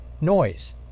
noise